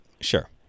sure